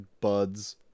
buds